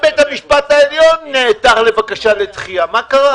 המשפט העליון נעתר לבקשה לדחייה, מה קרה?